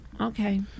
Okay